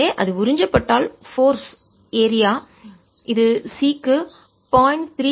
எனவே அது உறிஞ்சப்பட்டால் போர்ஸ் சக்தி ஏரியா இது c க்கு 0